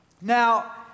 Now